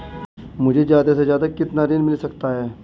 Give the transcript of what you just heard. मुझे ज्यादा से ज्यादा कितना ऋण मिल सकता है?